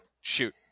Shoot